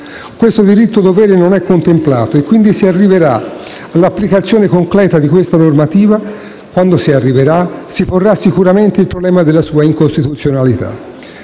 Questo diritto-dovere non è contemplato, e quando si arriverà all'applicazione concreta di questa normativa si porrà sicuramente il problema della sua incostituzionalità.